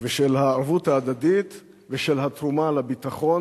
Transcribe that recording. ושל הערבות ההדדית ושל התרומה לביטחון